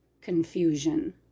confusion